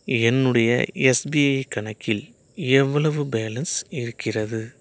என்னுடைய எஸ்பிஐ கணக்கில் எவ்வளவு பேலன்ஸ் இருக்கிறது